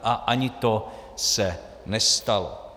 A ani to se nestalo.